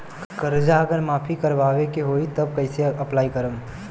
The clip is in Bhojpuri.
कर्जा अगर माफी करवावे के होई तब कैसे अप्लाई करम?